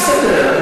לא